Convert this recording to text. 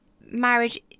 marriage